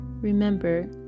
remember